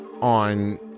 on